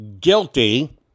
guilty